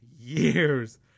years